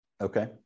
Okay